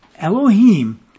Elohim